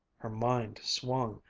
her mind swung,